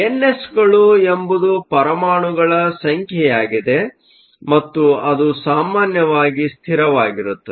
ಎನ್ಎಸ್ಗಳು ಎಂಬುದು ಪರಮಾಣುಗಳ ಸಂಖ್ಯೆಯಾಗಿದೆ ಮತ್ತು ಅದು ಸಾಮಾನ್ಯವಾಗಿ ಸ್ಥಿರವಾಗಿರುತ್ತದೆ